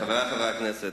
חברי חברי הכנסת,